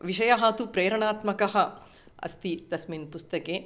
विषयः तु प्रेरणात्मकः अस्ति तस्मिन् पुस्तके